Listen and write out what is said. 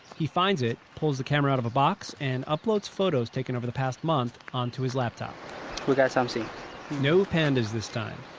he finds it, pulls the camera out of a box and uploads photos taken over the past month onto his laptop we got something no pandas this time.